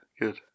good